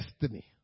destiny